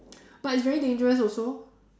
but it's very dangerous also